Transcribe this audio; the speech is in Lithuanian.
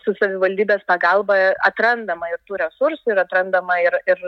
su savivaldybės pagalba atrandama ir tų resursų ir atrandama ir ir